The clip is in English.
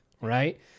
Right